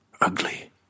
Ugly